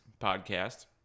podcast